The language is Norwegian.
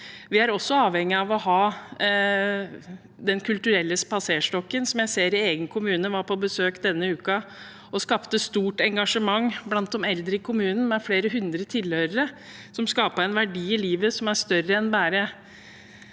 Vi er også avhengig av å ha Den kulturelle spaserstokken – som jeg ser var på besøk i min egen kommune denne uka og skapte stort engasjement blant de eldre i kommunen, med flere hundre tilhørere. Det skaper en verdi i livet som er større enn bare